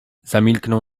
zamilknął